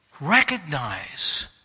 recognize